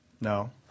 No